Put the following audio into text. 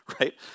right